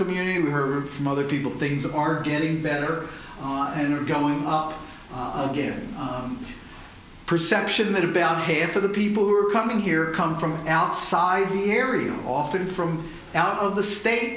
community we heard from other people things are getting better and are going to give a perception that about half of the people who are coming here come from outside the area often from out of the state